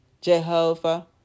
Jehovah